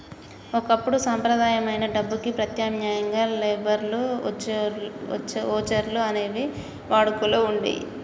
ఒకప్పుడు సంప్రదాయమైన డబ్బుకి ప్రత్యామ్నాయంగా లేబర్ వోచర్లు అనేవి వాడుకలో వుండేయ్యి